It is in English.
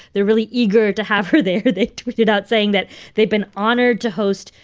they're really eager to have her there. they tweeted out saying that they've been honored to host,